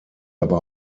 aber